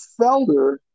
Felder